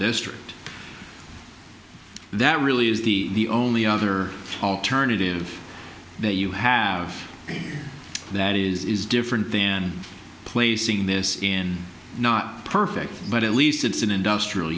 district that really is the only other alternative that you have that is different than placing this in not perfect but at least it's an industrial